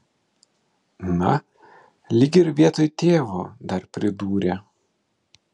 na lyg ir vietoj tėvo dar pridūrė